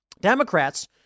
Democrats